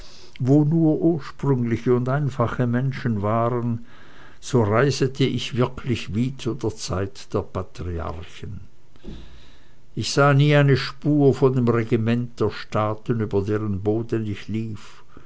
wo nur ursprüngliche und einfache menschen waren so reisete ich wirklich wie zu der zeit der patriarchen ich sah nie eine spur von dem regiment der staaten über deren boden ich hinlief